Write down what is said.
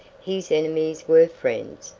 his enemies were friends,